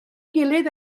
gilydd